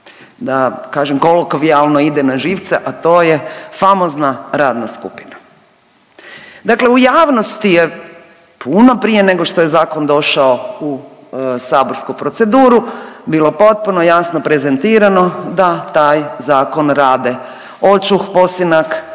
da kažem kolokvijalno ide na živce a to je famozna radna skupina. Dakle u javnosti je puno prije nego što je zakon došao u saborsku proceduru bilo potpuno jasno prezentirano da taj zakon rade očuh, posinak,